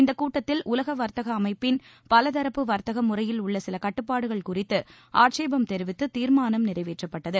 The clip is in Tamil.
இந்தக் கூட்டத்தில் உலக வர்த்தக அமைப்பின் பலதரப்பு வர்த்தக முறையில் உள்ள சில கட்டுப்பாடுகள் குறித்து ஆட்சேபம் தெரிவித்து தீர்மானம் நிறைவேற்றப்பட்டது